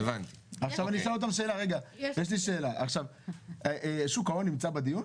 עכשיו יש לי שאלה, שוק ההון נמצא בדיון?